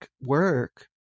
work